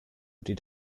did